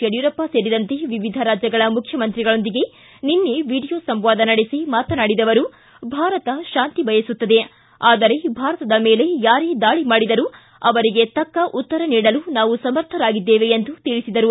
ಯಡಿಯೂರಪ್ಪ ಸೇರಿದಂತೆ ವಿವಿಧ ರಾಜ್ಯಗಳ ಮುಖ್ಯಮಂತ್ರಿಗಳೊಂದಿಗೆ ನಿನ್ನೆ ವಿಡಿಯೋ ಸಂವಾದ ನಡೆಸಿ ಮಾತನಾಡಿದ ಅವರು ಭಾರತ ಶಾಂತಿ ಬಯಸುತ್ತದೆ ಆದರೆ ಭಾರತದ ಮೇಲೆ ಯಾರೇ ದಾಳಿ ಮಾಡಿದರೂ ಅವರಿಗೆ ತಕ್ಷ ಉತ್ತರ ನೀಡಲು ನಾವು ಸಮರ್ಥರಾಗಿದ್ದೇವೆ ಎಂದು ತಿಳಿಸಿದರು